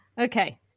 Okay